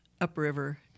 upriver